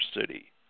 City